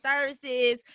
services